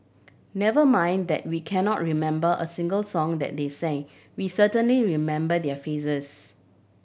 never mind that we cannot remember a single song that they sang we certainly remember their faces